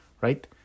right